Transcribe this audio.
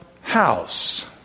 house